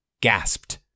gasped